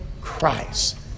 Christ